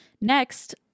Next